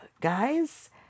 guys